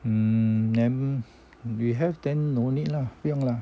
um we have then no need lah 不用啦